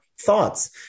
thoughts